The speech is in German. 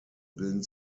bilden